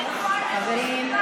חברים,